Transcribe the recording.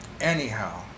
anyhow